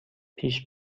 پیش